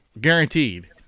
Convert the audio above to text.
guaranteed